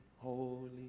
holy